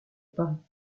paris